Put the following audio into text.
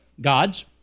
God's